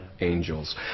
angels